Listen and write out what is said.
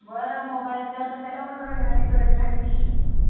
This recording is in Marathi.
बरं मोबाईल असल्यावर कशाला मनोरंजनाची गरज लागली